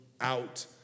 out